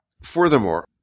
Furthermore